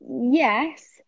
yes